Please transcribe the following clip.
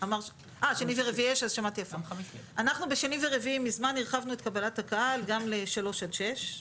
בשני ורביעי מזמן הרחבנו את קבלת הקהל גם ל-15:00 עד 18:00,